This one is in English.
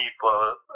people